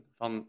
van